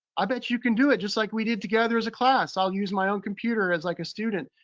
i bet you can do it just like we did together as a class. i'll use my own computer as like a student,